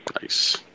Nice